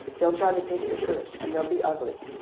they'll try to take your purse and they'll be ugly.